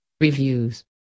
reviews